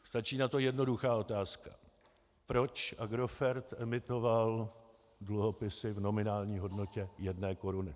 Stačí na to jednoduchá otázka: Proč Agrofert emitoval dluhopisy v nominální hodnotě jedné koruny?